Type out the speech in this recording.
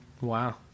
Wow